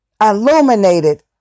illuminated